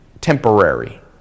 Temporary